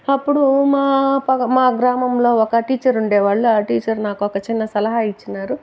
అప్పుడు మా ప గ్రామంలో ఒక టీచర్ ఉండే వారు ఆ టీచర్ నాకొక చిన్న సలహా ఇచ్చినారు